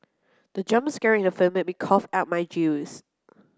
the jump scare in the film made me cough out my juice